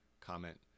comment